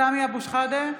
סמי אבו שחאדה,